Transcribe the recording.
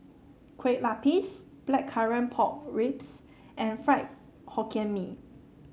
Kueh Lapis Blackcurrant Pork Ribs and Fried Hokkien Mee